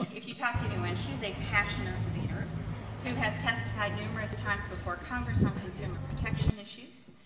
if you talk to anyone, she is a passionate leader who has testified numerous times before congress on consumer protection issues.